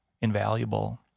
invaluable